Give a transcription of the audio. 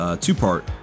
two-part